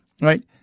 right